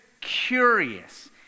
curious